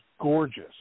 gorgeous